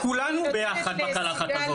כולנו ביחד בקלחת הזאת.